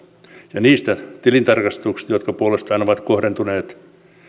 ja niistä tilintarkastuksista jotka puolestaan ovat kohdentuneet